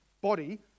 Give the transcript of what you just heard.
body